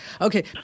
Okay